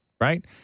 right